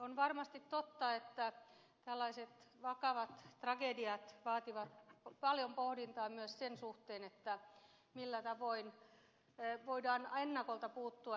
on varmasti totta että tällaiset vakavat tragediat vaativat paljon pohdintaa myös sen suhteen millä tavoin voidaan ennakolta puuttua